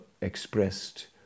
expressed